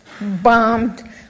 bombed